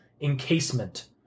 encasement